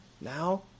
now